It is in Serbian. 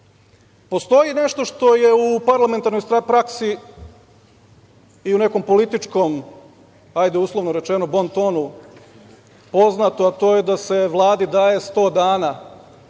nešto što je u parlamentarnoj praksi i u nekom političkom, uslovno rečeno, bontonu poznato, a to je da se Vladi daje sto dana